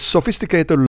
Sophisticated